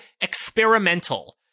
experimental